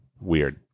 Weird